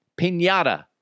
pinata